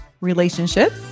Relationships